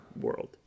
world